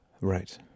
Right